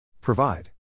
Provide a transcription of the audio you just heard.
Provide